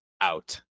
out